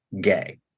gay